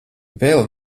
vēl